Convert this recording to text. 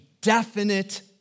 definite